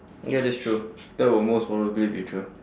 ya that's true that will most probably be true